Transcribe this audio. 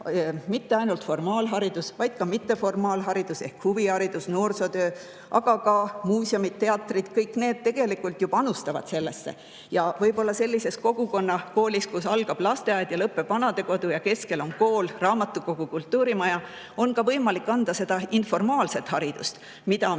mitte ainult formaalharidus, vaid ka mitteformaalharidus ehk huviharidus, noorsootöö, aga ka muuseumid, teatrid. Kõik see tegelikult ju panustab sellesse. Ja võib-olla sellises kogukonna[majas], kus on lasteaed ja vanadekodu ja keskel on kool, raamatukogu, kultuurimaja, on võimalik anda informaalset haridust, mida me